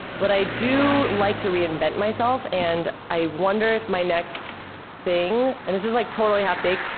but i do like to reinvent myself and i wonder if my next thing and this is like totally half-baked.